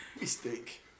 mistake